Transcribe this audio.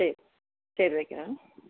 சரி சரி வைக்கிறேன்